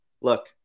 look